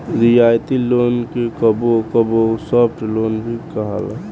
रियायती लोन के कबो कबो सॉफ्ट लोन भी कहाला